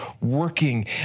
working